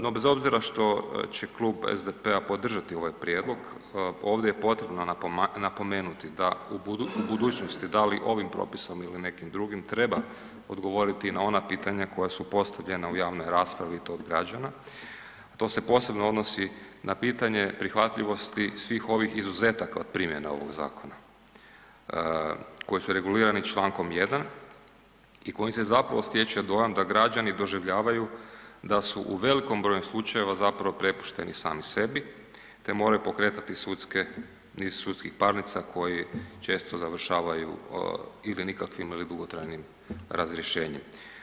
No bez obzira što će klub SDP-a podržati ovaj prijedlog, ovdje je potrebno napomenuti da u budućnosti da li ovim propisom ili nekim drugim treba odgovoriti na ona pitanja koja su postavljena u javnoj raspravi i to od građana, to se posebno odnosi na pitanje prihvatljivosti svih ovih izuzetaka od primjene ovog zakona koji su regulirani čl. 1. i kojim se zapravo stječe dojam da građani doživljavaju da su u velikom broju slučajeva zapravo prepušteni sami sebi te moraju pokretati sudske, niz sudskih parnica koje često završavaju ili nikakvim ili dugotrajnim razrješenjem.